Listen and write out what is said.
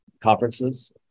conferences